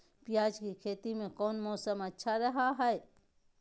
प्याज के खेती में कौन मौसम अच्छा रहा हय?